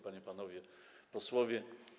Panie i Panowie Posłowie!